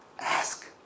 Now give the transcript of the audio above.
ask